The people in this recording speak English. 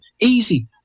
Easy